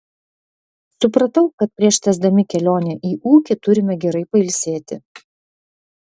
supratau kad prieš tęsdami kelionę į ūkį turime gerai pailsėti